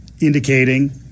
indicating